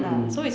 mm